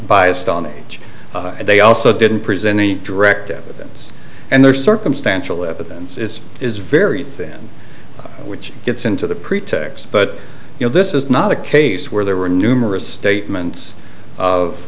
biased on which they also didn't present any direct evidence and there's circumstantial evidence is is very thin which gets into the pretext but you know this is not a case where there were numerous statements of